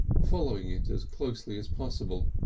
following it as closely as possible,